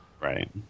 Right